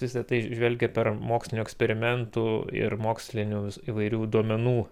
visa tai žvelgia per mokslinio eksperimentų ir mokslinių įvairių duomenų